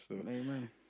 Amen